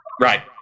Right